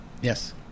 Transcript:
yes